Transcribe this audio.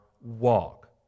walk